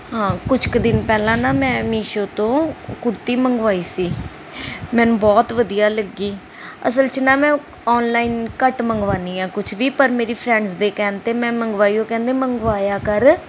ਹਾਂ ਕੁਛ ਕੁ ਦਿਨ ਪਹਿਲਾਂ ਨਾ ਮੈਂ ਮੀਸ਼ੋ ਤੋਂ ਕੁੜਤੀ ਮੰਗਵਾਈ ਸੀ ਮੈਨੂੰ ਬਹੁਤ ਵਧੀਆ ਲੱਗੀ ਅਸਲ 'ਚ ਨਾ ਮੈਂ ਔਨਲਾਈਨ ਘੱਟ ਮੰਗਵਾਉਣੀ ਹਾਂ ਕੁਛ ਵੀ ਪਰ ਮੇਰੀ ਫਰੈਂਡਸ ਦੇ ਕਹਿਣ 'ਤੇ ਮੈਂ ਮੰਗਵਾਈ ਉਹ ਕਹਿੰਦੇ ਮੰਗਵਾਇਆ ਕਰ